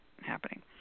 happening